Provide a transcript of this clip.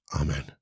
Amen